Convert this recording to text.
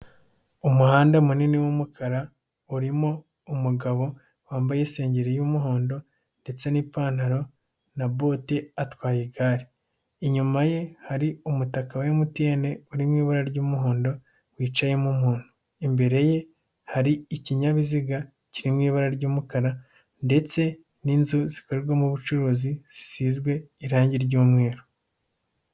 Umuhanda munini w'umukara, urimo umugabo wambaye isengeri y'umuhondo, ndetse n'ipantaro na bote atwaye igare. Inyuma ye hari umutaka wa MTN, uri mu ibara ry'umuhondo, wicayemo umuntu. Imbere ye hari ikinyabiziga kiri mu ibara ry'umukara, ndetse n'inzu zikorerwamo ubucuruzi, zisizwe irangi ry'umweru.